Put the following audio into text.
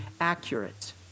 accurate